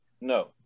No